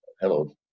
Hello